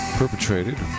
perpetrated